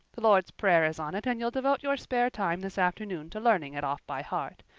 the lord's prayer is on it and you'll devote your spare time this afternoon to learning it off by heart.